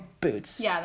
boots